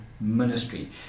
ministry